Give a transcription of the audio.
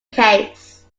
case